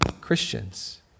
Christians